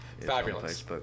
fabulous